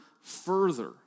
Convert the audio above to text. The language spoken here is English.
further